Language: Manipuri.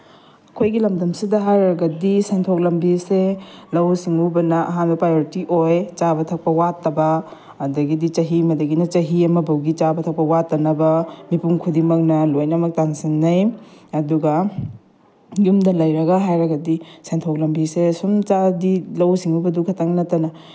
ꯑꯩꯈꯣꯏꯒꯤ ꯂꯝꯗꯝꯁꯤꯗ ꯍꯥꯏꯔꯨꯔꯒꯗꯤ ꯁꯦꯟꯊꯣꯛ ꯂꯝꯕꯤꯁꯦ ꯂꯧꯎ ꯁꯤꯡꯎꯕꯅ ꯑꯍꯥꯟꯕ ꯄ꯭ꯔꯥꯏꯑꯣꯔꯤꯇꯤ ꯑꯣꯏ ꯆꯥꯕ ꯊꯛꯄ ꯋꯥꯠꯇꯕ ꯑꯗꯒꯤꯗꯤ ꯆꯍꯤ ꯑꯃꯗꯒꯤꯅ ꯑꯃ ꯐꯥꯎꯕꯒꯤ ꯆꯥꯕ ꯊꯛꯄ ꯋꯥꯠꯇꯅꯕ ꯃꯤꯄꯨꯝ ꯈꯨꯗꯤꯡꯃꯛꯅ ꯂꯣꯏꯅꯃꯛ ꯇꯥꯟꯁꯤꯟꯅꯩ ꯑꯗꯨꯒ ꯌꯨꯝꯗ ꯂꯩꯔꯒ ꯍꯥꯏꯔꯒꯗꯤ ꯁꯦꯟꯊꯣꯛ ꯂꯝꯕꯤꯁꯦ ꯁꯨꯝ ꯆꯥꯔꯗꯤ ꯂꯧꯎ ꯁꯤꯡꯎꯕꯗꯨ ꯈꯛꯇꯪ ꯅꯠꯇꯅ